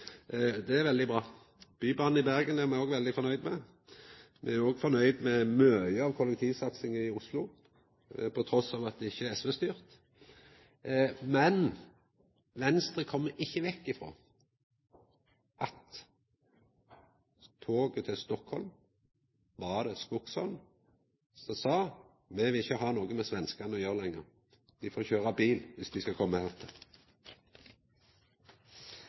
Det er veldig bra. Bybanen i Bergen er me òg veldig fornøgde med. Me er òg fornøgde med mykje av kollektivsatsinga i Oslo, trass i at det ikkje er SV-styrt. Men Venstre kjem ikkje vekk frå at når det gjeld toget til Stockholm, var det Skogsholm som sa: Me vil ikkje ha noko med svenskane å gjera lenger. Dei får køyra bil dersom dei skal